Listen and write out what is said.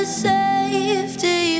safety